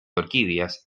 orquídeas